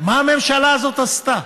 מה הממשלה הזאת עשתה?